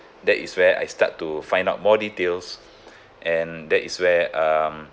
that is where I start to find out more details and that is where um